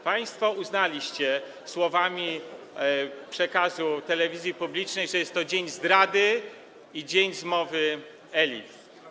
Państwo uznaliście, słowami przekazu telewizji publicznej, że jest to dzień zdrady i dzień zmowy elit.